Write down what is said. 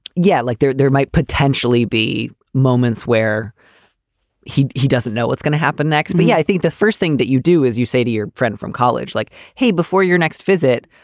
yeah. like, there there might potentially be moments where he he doesn't know what's going to happen next. but yeah i think the first thing that you do is you say to your friend from college, like, hey, before your next visit,